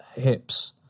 hips